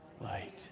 Light